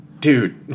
dude